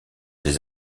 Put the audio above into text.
des